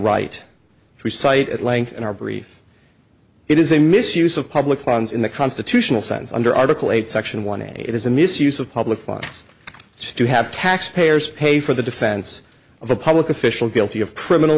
right to cite at length in our brief it is a misuse of public funds in the constitutional sense under article eight section one eight it is a misuse of public funds to have taxpayers pay for the defense of a public official guilty of criminal